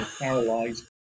paralyzed